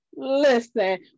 Listen